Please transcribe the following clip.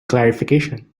clarification